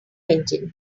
engine